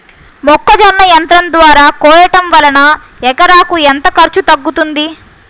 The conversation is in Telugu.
మొక్కజొన్న యంత్రం ద్వారా కోయటం వలన ఎకరాకు ఎంత ఖర్చు తగ్గుతుంది?